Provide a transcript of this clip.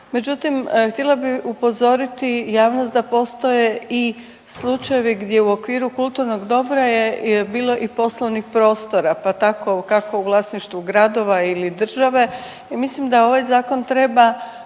Međutim, htjela bi upozoriti javnost da postoje i slučajevi gdje u okviru kulturnog dobra je bilo i poslovnih prostora, pa tako kako u vlasništvu gradova ili države, ja mislim da ovaj zakon treba